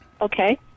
Okay